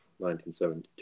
1972